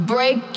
Break